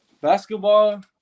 basketball